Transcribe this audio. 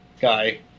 Guy